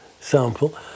sample